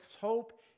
hope